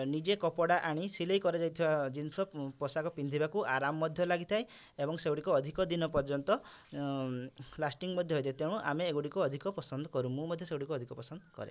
ନିଜେ କପଡ଼ା ଆଣି ସିଲେଇ କରା ଯାଇଥିବା ଜିନିଷ ପୋଷାକ ପିନ୍ଧିବାକୁ ଆରାମ ମଧ୍ୟ ଲାଗିଥାଏ ଏବଂ ସେଗୁଡ଼ିକ ଅଧିକ ଦିନ ପର୍ଯ୍ୟନ୍ତ ଲାଷ୍ଟିଂ ମଧ୍ୟ ହୋଇଥାଏ ତେଣୁ ଆମେ ଏଗୁଡ଼ିକ ଅଧିକ ପସନ୍ଦ କରୁ ମୁଁ ମଧ୍ୟ ସେଗୁଡ଼ିକୁ ଅଧିକ ପସନ୍ଦ କରେ